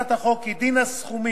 הצעת החוק קובעת כי דין הסכומים